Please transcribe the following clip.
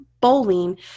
bowling